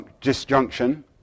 disjunction